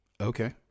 Okay